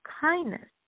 kindness